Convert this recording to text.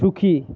সুখী